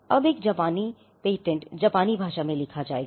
अब एक जापानी पेटेंट जापानी भाषा में लिखा जाएगा